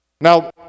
now